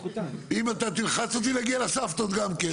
אם אתה תלחץ אותי נגיע לסבתות גם כן,